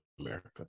America